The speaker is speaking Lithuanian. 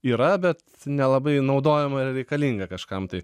yra bet nelabai naudojama ir reikalinga kažkam tai